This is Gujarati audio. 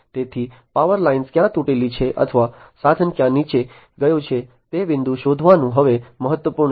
તેથી પાવર લાઇન ક્યાં તૂટેલી છે અથવા સાધન ક્યાં નીચે ગયું છે તે બિંદુને શોધવાનું હવે મહત્વનું છે